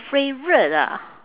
favourite ah